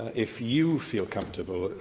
if you feel comfortable,